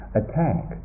attack